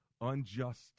unjust